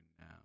now